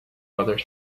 other